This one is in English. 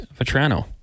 Vetrano